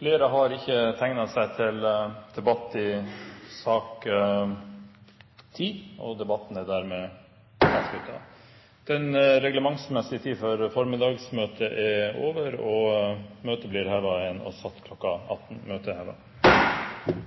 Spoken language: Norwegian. Flere har ikke bedt om ordet til sak nr. 10. Den reglementemessige tid for formiddagsmøtet er over. Presidenten vil derfor foreslå at vi hever formiddagsmøtet og setter nytt møte kl. 18.